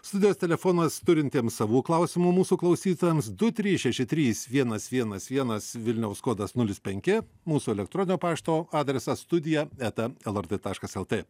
studijos telefonas turintiems savų klausimų mūsų klausytojams du trys šeši trys vienas vienas vienas vilniaus kodas nulis penki mūsų elektroninio pašto adresas studija eta lrt taškas lt